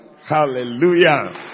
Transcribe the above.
Hallelujah